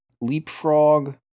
Leapfrog